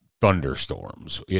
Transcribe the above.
thunderstorms